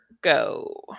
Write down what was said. go